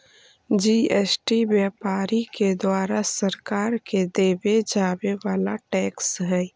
GST व्यापारि के द्वारा सरकार के देवे जावे वाला टैक्स हई